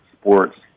sport's